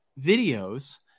videos